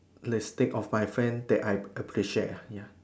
let's think of my friend that I appreciate ya